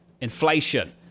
Inflation